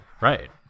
Right